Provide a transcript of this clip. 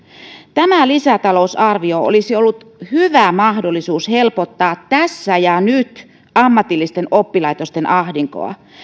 tämä lisätalousarvio olisi ollut hyvä mahdollisuus helpottaa tässä ja nyt ammatillisten oppilaitosten ahdinkoa